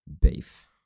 beef